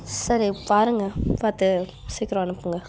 சரி பாருங்கள் பார்த்து சிக்கரம் அனுப்புங்கள்